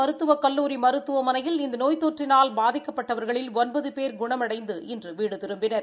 மருத்துவக் கல்லூரி மருத்துவமனையில் இந்த நோய் நோற்றினால் தஞ்சை அரசு பாதிக்கப்பட்டவர்களில் ஒன்பது பேர் குணமடைந்து இன்று வீடு திரும்பினர்